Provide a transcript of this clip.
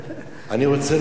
אני רוצה לומר,